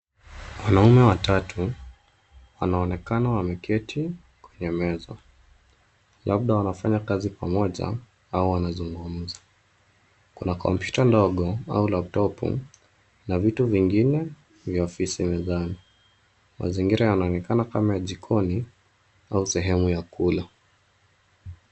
Wanaume watatu wanaonekana wameketi kwenye meza, labda wanafanya kazi pamoja au wanazungumza. Kuna kompyuta ndogo au laptopu na vitu vingine vya ofisi mezani. Mazingira yanaonekana kama ya jikoni au sehemu ya kula.